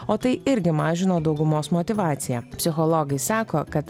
o tai irgi mažino daugumos motyvaciją psichologai sako kad